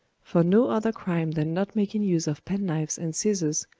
for no other crime than not making use of pen-knives and scissors,